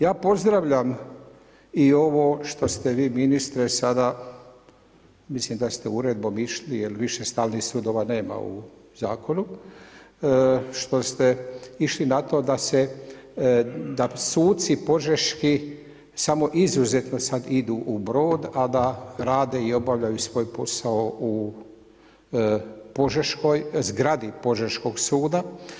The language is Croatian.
Ja pozdravljam i ovo što ste vi ministre sada, mislim da ste uredbom išli jer viših stalnih sudova nema u zakonu, što ste išli na to da se, da suci požeški samo izuzetno sad idu Brod a da rade i obavljaju svoj posao u zgradi Požeškog suda.